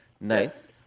Nice